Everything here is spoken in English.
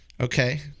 Okay